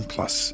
Plus